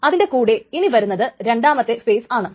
അതിൻറെ കൂടെ ഇനി വരുന്നത് രണ്ടാമത്തെ ഫേസ് ആണ്